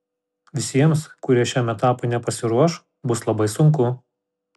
visiems kurie šiam etapui nepasiruoš bus labai sunku